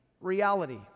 reality